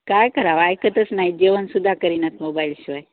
काय करावं ऐकतच ना नाहीत जेवणसुद्धा करेनात मोबाईल शिवाय